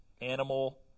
animal